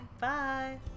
Bye